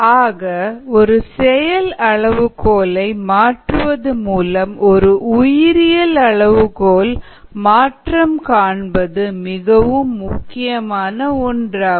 ஆக ஒரு செயல் அளவுகோலை மாற்றுவது மூலம் ஒரு உயிரியல் அளவுகோல் மாற்றம் காண்பது மிகவும் முக்கியமான ஒன்றாகும்